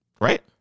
Right